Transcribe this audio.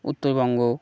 Uttarbanga